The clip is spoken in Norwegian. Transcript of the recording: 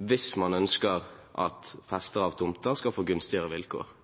hvis man ønsker at festere av tomter skal få gunstigere vilkår.